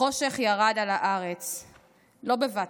// החושך ירד על הארץ / לא בבת-אחת,